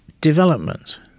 development